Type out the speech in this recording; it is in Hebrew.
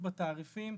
בתלות בתעריפים,